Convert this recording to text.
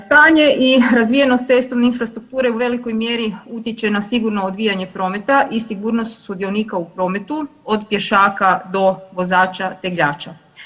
Stanje i razvijenost cestovne infrastrukture u velikoj mjeri utječe na sigurno odvijanje prometa i sigurnost sudionika u prometu, od pješaka do vozača tegljača.